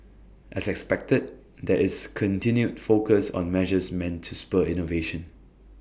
as expected there is continued focus on measures meant to spur innovation